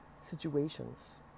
situations